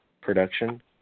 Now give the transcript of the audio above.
production